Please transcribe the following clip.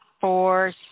four